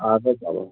اَد حظ چلو